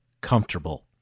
comfortable